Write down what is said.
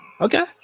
Okay